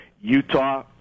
Utah